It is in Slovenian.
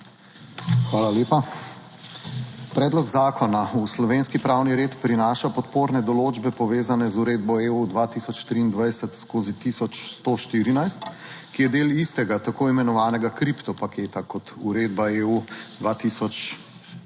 Hvala lepa. Predlog zakona v slovenski pravni red prinaša podporne določbe, povezane z uredbo EU 2023/1114, ki je del istega tako imenovanega kripto paketa kot uredba EU